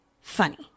Funny